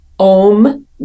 Om